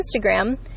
Instagram